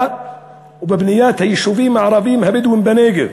ובבנייה ביישובים הערביים הבדואיים בנגב,